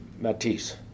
Matisse